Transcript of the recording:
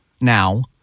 now